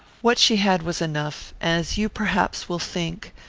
what she had was enough, as you perhaps will think,